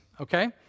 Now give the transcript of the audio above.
okay